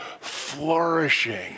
flourishing